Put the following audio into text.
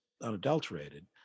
unadulterated